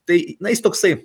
tai na jis toksai